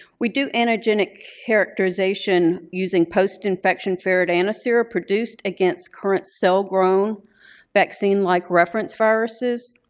we do antigenic characterization using post-infection ferret antisera produced against current cell-grown vaccine-like reference viruses.